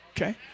Okay